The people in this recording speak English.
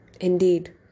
Indeed